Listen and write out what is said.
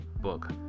book